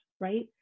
right